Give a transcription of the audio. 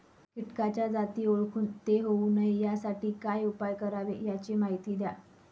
किटकाच्या जाती ओळखून ते होऊ नये यासाठी काय उपाय करावे याची माहिती द्या